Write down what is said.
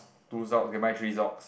two socks okay mine three socks